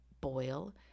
boil